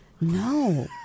No